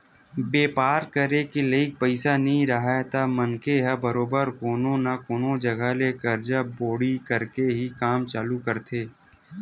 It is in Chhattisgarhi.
बेपार करे के लइक पइसा नइ राहय त मनखे ह बरोबर कोनो न कोनो जघा ले करजा बोड़ी करके ही काम चालू करथे